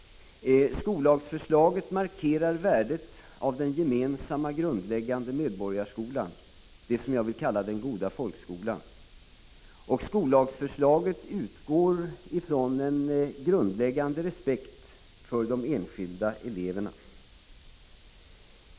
Skollagsförslaget markerar värdet av den gemensamma grundläggande medborgarskolan, den som jag vill kalla den goda folkskolan. Skollagsförslaget utgår från en grundläggande respekt för de enskilda eleverna.